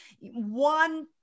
one